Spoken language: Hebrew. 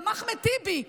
גם אחמד טיבי.